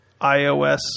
iOS